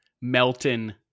Melton